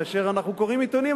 כאשר אנחנו קוראים עיתונים,